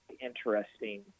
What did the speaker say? interesting